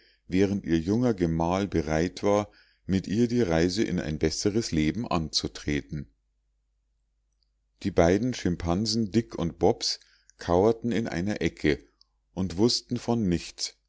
während ihr junger gemahl bereit war mit ihr die reise in ein besseres leben anzutreten die beiden schimpansen dick und bobs kauerten in einer ecke und wußten von nichts